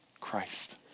Christ